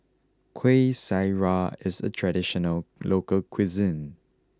Kueh Syara is a traditional local cuisine